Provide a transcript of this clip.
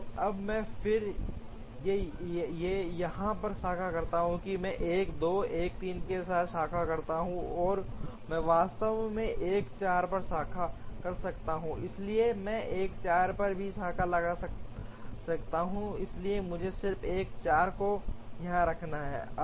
तो अब मैं फिर से यहां पर शाखा करता हूं मैं 1 2 1 3 के साथ शाखा करता हूं और मैं वास्तव में 1 4 पर शाखा कर सकता हूं इसलिए मैं 1 4 पर भी शाखा लगा सकता हूं इसलिए मुझे सिर्फ 1 4 को यहां रखना है